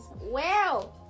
Wow